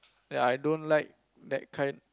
ya I don't like that kind